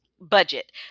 budget